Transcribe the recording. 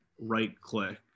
right-click